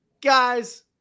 Guys